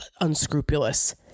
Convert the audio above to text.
unscrupulous